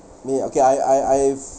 me ah okay I I I've